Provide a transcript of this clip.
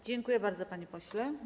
Dziękuję bardzo, panie pośle.